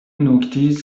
نوکتیز